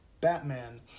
batman